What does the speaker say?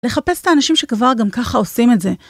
לחפש את האנשים שכבר גם ככה עושים את זה.